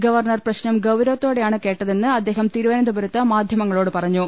governor പ്രശ്നം ഗൌരവത്തോടെ യാണ് കേട്ടതെന്ന് അദ്ദേഹം തിരുവനന്തപുരത്ത് മാധ്യമങ്ങളോട് പറഞ്ഞു